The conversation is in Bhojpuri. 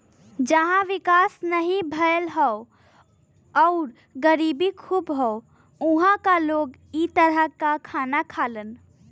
जहां विकास नाहीं भयल हौ आउर गरीबी खूब हौ उहां क लोग इ तरह क खाना खालन